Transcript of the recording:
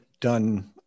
done